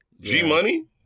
G-Money